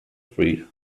freed